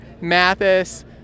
Mathis